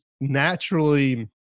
naturally